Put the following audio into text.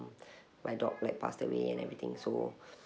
my dog like passed away and everything so